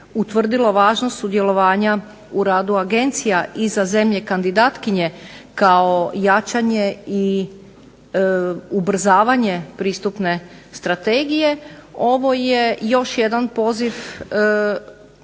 utvrdilo važnost sudjelovanja u radu Agencija i za zemlje kandidatkinje, kao jačanje i ubrzavanje pristupne strategije ovo je još jedan poziv